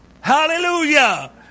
Hallelujah